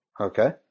okay